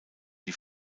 die